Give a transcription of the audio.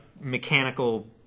mechanical